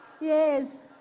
Yes